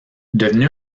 devenu